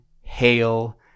hail